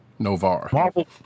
Novar